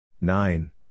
Nine